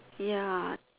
ya